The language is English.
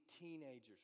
teenagers